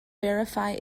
verify